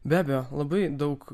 be abejo labai daug